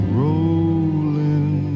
rolling